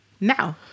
now